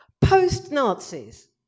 Post-Nazis